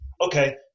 Okay